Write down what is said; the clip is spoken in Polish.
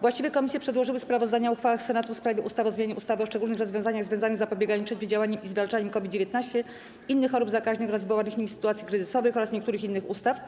Właściwe komisje przedłożyły sprawozdania o uchwałach Senatu w sprawie ustaw: - o zmianie ustawy o szczególnych rozwiązaniach związanych z zapobieganiem, przeciwdziałaniem i zwalczaniem COVID-19, innych chorób zakaźnych oraz wywołanych nimi sytuacji kryzysowych oraz niektórych innych ustaw, -